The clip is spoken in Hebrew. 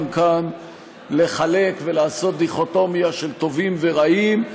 לחלק ולעשות דיכוטומיה של טובים ורעים,